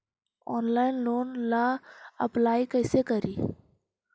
Online loan ला apply कैसे करी?